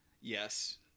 Yes